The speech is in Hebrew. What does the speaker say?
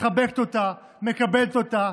מחבקת אותה, מקבלת אותה.